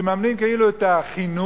שהם מממנים כאילו את החינוך,